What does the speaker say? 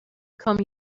comb